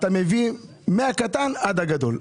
אתה מביא מהקטן ועד הגדול.